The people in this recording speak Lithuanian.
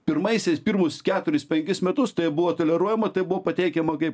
pirmaisiais pirmus keturis penkis metus tai buvo toleruojama tai buvo pateikiama kaip